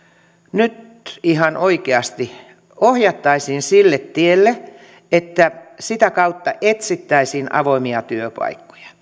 nyt ihan oikeasti ohjattaisiin sille tielle että sitä kautta etsittäisiin avoimia työpaikkoja